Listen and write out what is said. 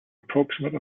approximate